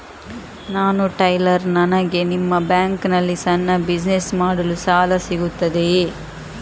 ನಾನು ಟೈಲರ್, ನನಗೆ ನಿಮ್ಮ ಬ್ಯಾಂಕ್ ನಲ್ಲಿ ಸಣ್ಣ ಬಿಸಿನೆಸ್ ಮಾಡಲು ಸಾಲ ಸಿಗುತ್ತದೆಯೇ?